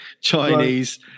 Chinese